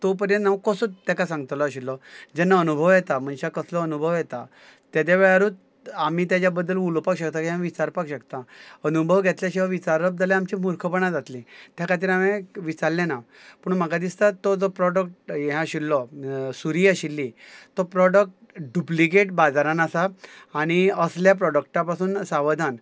तो पर्यंत हांव कसो ताका सांगतलो आशिल्लो जेन्ना अणभव येता मनशाक कसलो अणभव येता त्या वेळारूच आमी ताच्या बद्दल उलोवपाक शकता किंवां विचारपा शकता अणभव घेतल्या शिवाय विचारप जाल्यार आमचीं मुर्खपणां जातलीं त्या खातीर हांवें विचारलें ना पूण म्हाका दिसता तो जो प्रोडक्ट हें आशिल्लो सुरी आशिल्ली तो प्रोडक्ट डुप्लिकेट बाजारांत आसा आनी असल्या प्रोडक्टा पासून सावधान